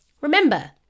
Remember